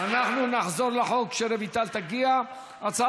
הצעת החוק עברה בקריאה טרומית,